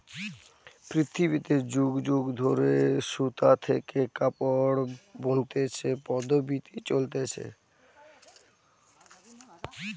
পৃথিবীতে যুগ যুগ ধরে সুতা থেকে কাপড় বনতিছে পদ্ধপ্তি চলতিছে